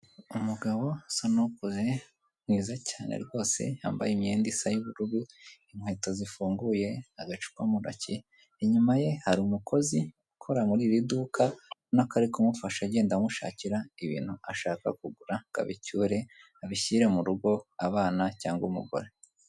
Umugabo usa n'ukuze mwiza cyane rwose wambaye imyenda isa y'ubururu inkweto zifunguye agacupa mutoki, inyuma ye hari umukozi ukora muri iri duka ubona ko ari kumufasha agenda amushakira ibintu ashaka kugura, ngo abicyure abishyire mu rugo abana cyangwa umugore.